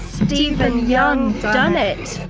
stephen young done it.